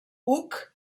hug